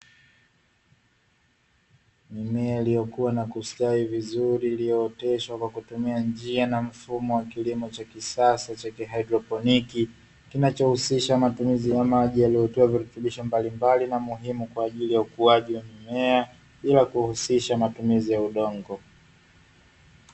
Mimea iliyokua na kustawi vizuri iliyooteshwa kwa kutumia njia na mfumo wa kilimo cha kisasa cha kihaidroponi, kinachohusisha matumizi ya maji yanayotoa virutubisho mbalimbali na muhimu kwa ajili ya ukuaji wa mimea, bila kuhusisha matumizi ya udongo.